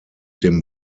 dem